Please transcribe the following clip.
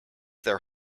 their